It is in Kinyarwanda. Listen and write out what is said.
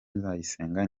nzayisenga